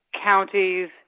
counties